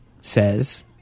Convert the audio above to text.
says